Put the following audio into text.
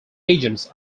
agents